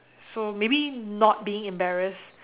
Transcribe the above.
so maybe not being embarrassed